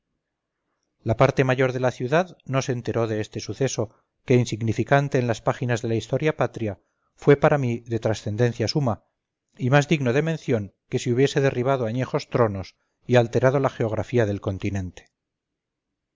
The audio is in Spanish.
la parte mayor de la ciudad no se enteró de este suceso que insignificante en las páginas de la historia patria fue para mí de trascendencia suma y más digno de mención que si hubiese derribado añejos tronos y alterado la geografía del continente